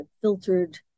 filtered